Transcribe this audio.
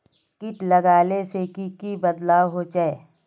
किट लगाले से की की बदलाव होचए?